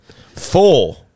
Four